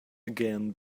again